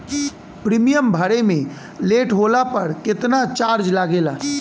Premium भरे मे late होला पर केतना चार्ज लागेला?